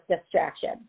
distraction